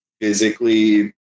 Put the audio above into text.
physically